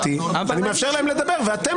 לדבר, ואתם